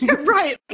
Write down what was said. Right